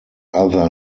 other